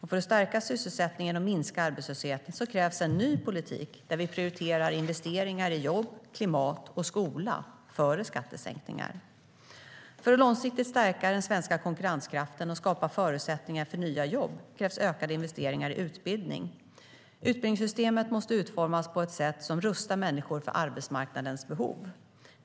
För att stärka sysselsättningen och minska arbetslösheten krävs en ny politik där vi prioriterar investeringar i jobb, klimat och skola före skattesänkningar. För att långsiktigt stärka den svenska konkurrenskraften och skapa förutsättningar för nya jobb krävs ökade investeringar i utbildning. Utbildningssystemet måste utformas på ett sätt som rustar människor för arbetsmarknadens behov.